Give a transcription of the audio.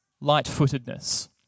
light-footedness